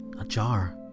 Ajar